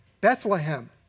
Bethlehem